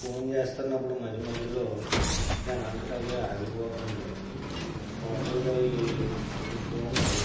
phone చేస్తున్నప్పుడు మధ్య మధ్యలో దానంతటా అదే ఆగిపోతుంది టోటల్గా ఈ ఈ ఫోన్